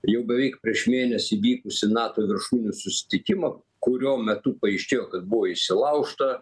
jau beveik prieš mėnesį vykusį nato viršūnių susitikimą kurio metu paaiškėjo kad buvo įsilaužta